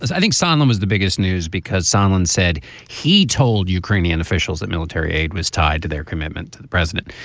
i think sunlen was the biggest news because sunlen said he told ukrainian officials that military aid was tied to their commitment to the president.